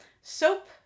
soap